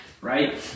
Right